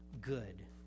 good